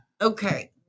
Okay